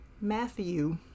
Matthew